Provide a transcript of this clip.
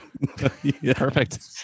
perfect